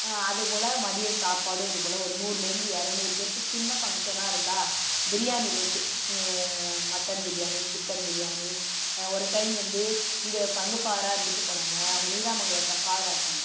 அது போல் மதிய சாப்பாடும் இதுபோல ஒரு நூறுலேருந்து இரநூறு பேருக்கு சின்ன ஃபங்க்ஷனாக இருந்தால் பிரியாணிலேருந்து மட்டன் பிரியாணி சிக்கன் பிரியாணி ஒரு டைம் வந்து இங்கே பங்குஃபாதராக இருந்துட்டு போனாங்க அவங்க நீடாமங்கலத்தில் ஃபாதராக இருக்காங்க